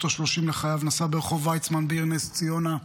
השלושים לחייו נסע ברחוב ויצמן בעיר נס ציונה,